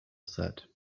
said